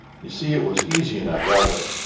you see it was easy enough that way.